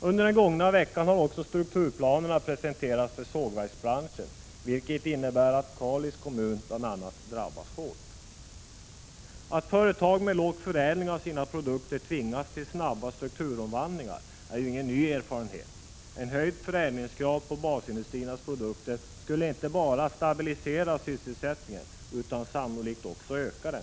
Under den gångna veckan har också strukturplanerna för sågverksbranschen presenterats, vilket innebär att bl.a. Kalix kommun drabbas hårt. Att företag med låg förädling av sina produkter tvingas till snabba strukturomvandlingar är ju ingen ny erfarenhet. En höjd förädlingsgrad på basindustriernas produkter skulle inte bara stabilisera sysselsättningen utan sannolikt också öka den.